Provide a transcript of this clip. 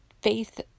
faith